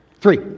Three